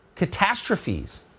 catastrophes